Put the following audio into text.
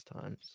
times